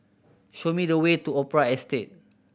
show me the way to Opera Estate